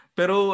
pero